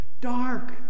Dark